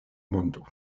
mondo